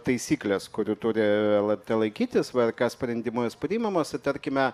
taisyklės kurių turi lrt laikytis vrk sprendimu jos priimamos tarkime